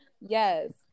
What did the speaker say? yes